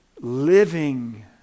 living